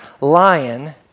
lion